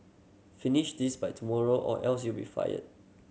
finish this by tomorrow or else you'll be fired